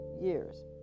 years